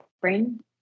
brain